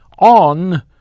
on